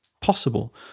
possible